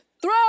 Throw